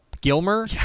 Gilmer